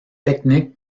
technique